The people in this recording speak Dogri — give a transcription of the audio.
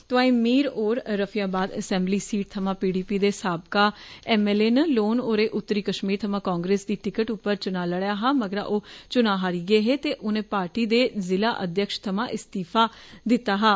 तोआंई मीर होरें तेपिंइंक ोमउइसल ैमंज थमां पीडीपी दे साबका एम एल ए न लोन होरें उत्तर कष्मीर थमां कांग्रेस दी टिक्ट उप्पर चुनां लड़े हे मगरा ओह् चुनां हारी गे हे ते उनें पार्टी दे ज़िला अध्यक्ष थमां इस्तीफा दित्ता हा